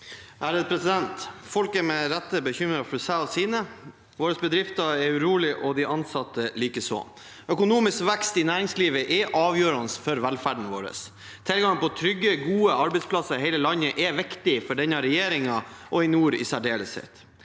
le- der): Folk er med rette bekymret for seg og sine, bedriftene våre er urolige og de ansatte likeså. Økonomisk vekst i næringslivet er avgjørende for velferden vår. Tilgang på trygge, gode arbeidsplasser i hele landet er viktig for denne regjeringen, og i nord i særdeleshet.